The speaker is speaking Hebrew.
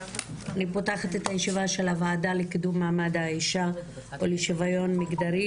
אני פותחת את הישיבה של הוועדה לקידום מעמד האישה ולשוויון מגדרי.